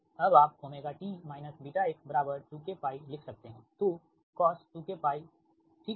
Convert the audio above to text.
अब आप ωt βx बराबर 2kπ लिख सकते हैं तोcos 2kπ ठीक है